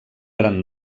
gran